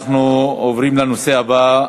אנחנו עוברים לנושא הבא.